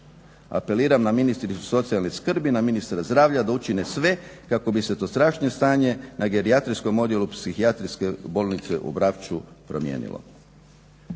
Apeliram na ministricu socijalne skrbi, na ministra zdravlja da učine sve kako bi se to strašno stanje na gerijatrijskom odjelu Psihijatrijske bolnice u Vrapču promijenilo.